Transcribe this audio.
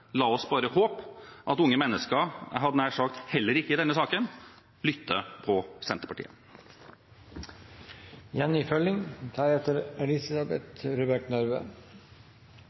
La oss bare håpe at unge mennesker, jeg hadde nær sagt, heller ikke i denne saken lytter på